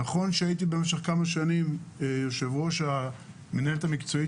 נכון שהייתי במשך כמה שנים יו"ר המנהלת המקצועית